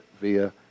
via